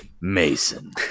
mason